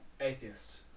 atheist